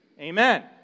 Amen